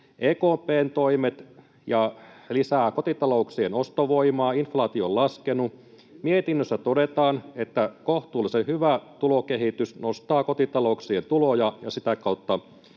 EKP:n toimet lisäävät kotitalouksien ostovoimaa. Inflaatio on laskenut. Mietinnössä todetaan, että kohtuullisen hyvä tulokehitys nostaa kotitalouksien tuloja ja sitä kautta